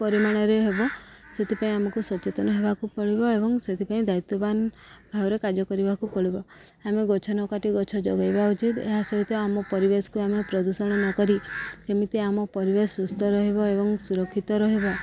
ପରିମାଣରେ ହେବ ସେଥିପାଇଁ ଆମକୁ ସଚେତନ ହେବାକୁ ପଡ଼ିବ ଏବଂ ସେଥିପାଇଁ ଦାୟିତ୍ୱବାନ ଭାବରେ କାର୍ଯ୍ୟ କରିବାକୁ ପଡ଼ିବ ଆମେ ଗଛ ନ କାଟି ଗଛ ଯୋଗେଇବା ଉଚିତ ଏହା ସହିତ ଆମ ପରିବେଶକୁ ଆମେ ପ୍ରଦୂଷଣ ନକରି ଯେମିତି ଆମ ପରିବେଶ ସୁସ୍ଥ ରହିବ ଏବଂ ସୁରକ୍ଷିତ ରହିବ